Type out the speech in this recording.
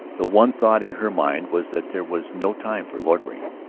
the one thought in her mind was that there was no time for loitering,